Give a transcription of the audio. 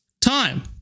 time